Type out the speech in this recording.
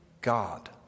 God